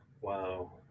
Wow